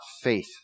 faith